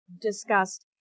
discussed